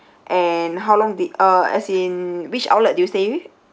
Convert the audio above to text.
and how long did uh as in which outlet did you stay with